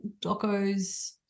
docos